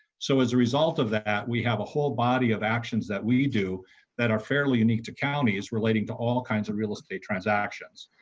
so as a result of that at we have a whole body of actions that we do that are fairly new you know to county is relating to all kinds of real estate transactions.